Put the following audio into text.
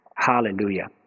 Hallelujah